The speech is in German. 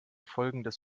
folgendes